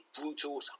brutal